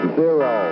zero